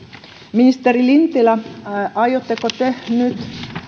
ministeri lintilä aiotteko te nyt